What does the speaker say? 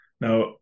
Now